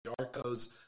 Darko's